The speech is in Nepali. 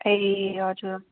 ए हजुर